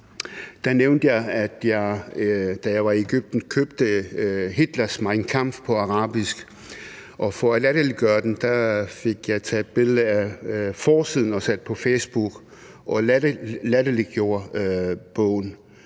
nævnte jeg, at jeg, da jeg var i Egypten, købte Hitlers »Mein Kampf« på arabisk, og for at latterliggøre den fik jeg taget et billede af forsiden og sat på Facebook. Der gik ikke